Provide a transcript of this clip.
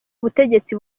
ubutegetsi